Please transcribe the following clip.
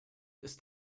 ist